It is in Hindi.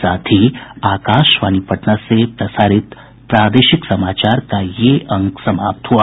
इसके साथ ही आकाशवाणी पटना से प्रसारित प्रादेशिक समाचार का ये अंक समाप्त हुआ